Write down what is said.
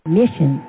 mission